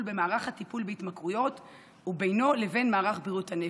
במערך הטיפול בהתמכרויות ובינו לבין מערך בריאות הנפש.